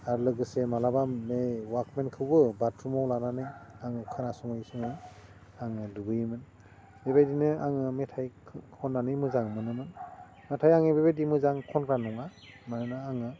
आरो लोगोसे मालाबा बै अवाकमेनखौबो बाटरुमाव लानानै आङो खोनासङै सङै आङो दुगैयोमोन बेबायदिनो आङो मेथाइ खननानै मोजां मोनोमोन नाथाय आंनि बेबायदि मोजां खनग्रा नङा मानोना आङो